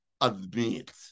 admit